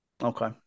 Okay